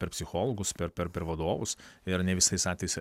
per psichologus per per vadovus ir ne visais atvejais